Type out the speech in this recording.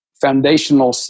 foundational